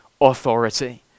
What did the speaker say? authority